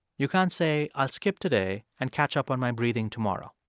you can't say, i'll skip today and catch up on my breathing tomorrow